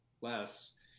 less